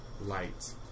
light